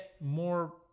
more